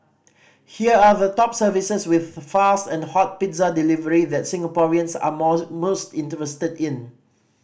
here are the top services with fast and hot pizza delivery that Singaporeans are more most interested in